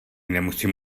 nemusím